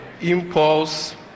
impulse